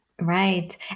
Right